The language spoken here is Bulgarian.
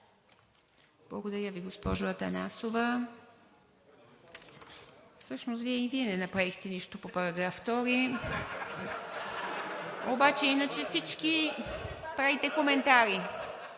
Благодаря Ви, госпожо Атанасова. Всъщност и Вие не направихте нищо по § 2. (Смях и оживление.) Обаче иначе всички правите коментари.